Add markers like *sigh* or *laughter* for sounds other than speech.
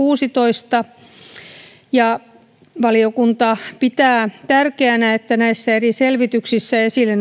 vuonna kaksituhattakuusitoista ja valiokunta pitää tärkeänä että näissä eri selvityksissä esille *unintelligible*